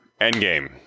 Endgame